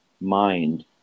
mind